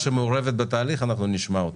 שמעורבת בתהליך, אנחנו נשמע אותה.